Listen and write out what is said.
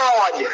God